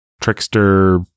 trickster